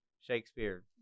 Shakespeare